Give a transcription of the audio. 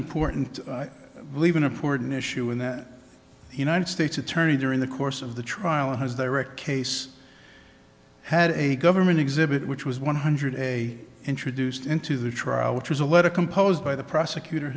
important believe an important issue and that united states attorney during the course of the trial has direct case had a government exhibit which was one hundred a introduced into the trial which was a letter composed by the prosecutor